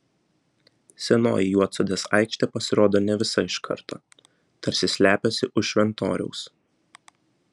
senoji juodsodės aikštė pasirodo ne visa iš karto tarsi slepiasi už šventoriaus